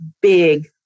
big